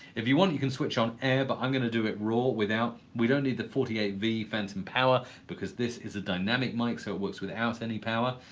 if you want you can switch on air but i'm gonna do it raw without. we don't need the forty eight v phantom power because this is a dynamic mic so it works without any power.